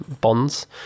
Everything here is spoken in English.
bonds